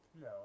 No